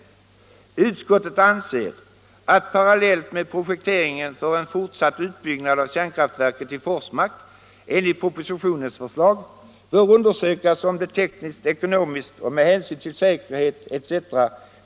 Utskottet anser att parallellt med projekteringen för en fortsatt utbyggnad av kärnkraftverket i Forsmark enligt propositionens förslag bör undersökas om det tekniskt, ekonomiskt och med hänsyn till säkerhet etc.